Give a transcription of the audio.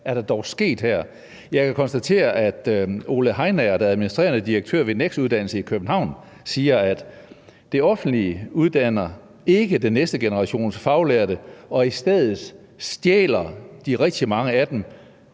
der dog er sket her. Jeg kan konstatere, at Ole Heinager, der er administrerende direktør på NEXT Uddannelse København, siger: »Det offentlige uddanner ikke den næste generation af faglærte, og i stedet 'stjæler' de rigtig mange af dem,